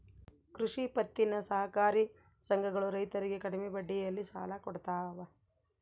ಕೃಷಿ ಪತ್ತಿನ ಸಹಕಾರಿ ಸಂಘಗಳು ರೈತರಿಗೆ ಕಡಿಮೆ ಬಡ್ಡಿಯಲ್ಲಿ ಸಾಲ ಕೊಡ್ತಾವ